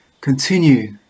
continue